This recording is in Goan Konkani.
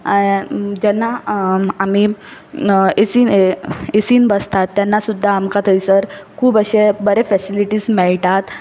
जेन्ना आमी एसीन एसीन बसतात तेन्ना सुद्दां आमकां थंयसर खूब अशे बरे फॅसिलिटीझ मेळटात